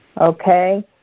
Okay